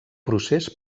procés